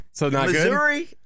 Missouri